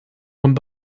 one